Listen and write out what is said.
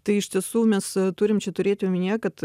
tai iš tiesų mes turim čia turėti omenyje kad